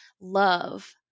love